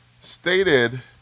Stated